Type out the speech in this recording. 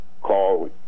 Call